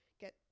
get